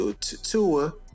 Tua